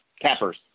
cappers